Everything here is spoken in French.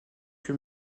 que